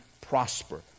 prosper